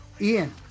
Ian